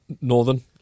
northern